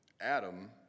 Adam